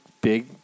big